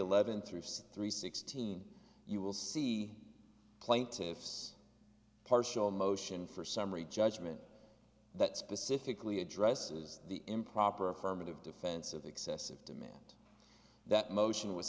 eleven thrifts three sixteen you will see plaintiff's partial motion for summary judgment that specifically addresses the improper affirmative defense of excessive demand that motion w